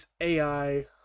AI